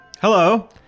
Hello